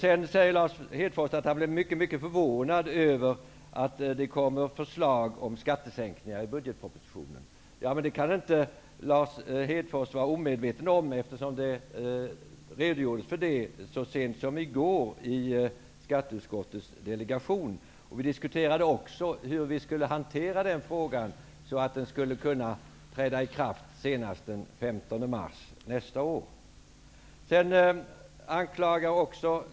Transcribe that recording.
Vidare sade Lars Hedfors att han blev mycket förvånad över att det kommer förslag till skattesänkningar i budgetpropositionen. Det kan Lars Hedfors inte vara omedveten om, eftersom det redogjordes för det så sent som i går i skatteutskottets delegation. Vi diskuterade också hur vi skall hantera den frågan för att skattesänkningen skall kunna träda i kraft senast den 15 mars nästa år.